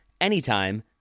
anytime